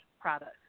products